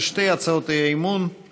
(תיקון, הארכת תוקף),